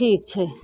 ठीक छै